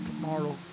tomorrow